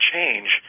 change